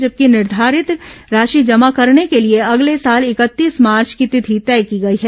जबकि निर्धारित राशि जमा करने के लिए अगले साल इकतीस मार्च की तिथि तय की गई है